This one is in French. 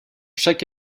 chaque